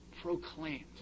proclaimed